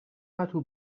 پتو